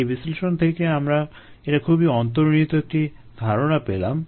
এই বিশ্লেষণ থেকে আমরা এটা খুবই অন্তর্নিহিত একটি ধারণা পেলাম